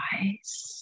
eyes